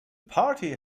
party